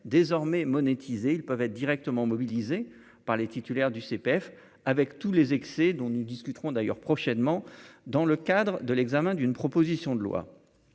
désormais monétiser, ils peuvent être directement mobilisés par les titulaires du CPF avec tous les excès, dont nous discuterons d'ailleurs prochainement dans le cadre de l'examen d'une proposition de loi